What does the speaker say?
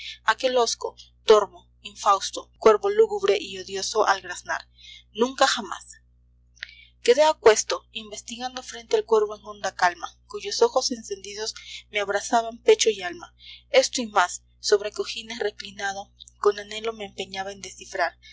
aquel hosco torvo infausto cuervo lúgubre y odioso al graznar nunca jamás quedé aquesto investigando frente al cuervo en honda calma cuyos ojos encendidos me abrasaban pecho y alma esto y más sobre cojines reclinado con anhelo me empeñaba en descifrar